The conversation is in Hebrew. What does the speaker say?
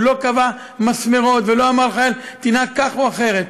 הוא לא קבע מסמרות ולא אמר לחייל: תנהג כך או אחרת,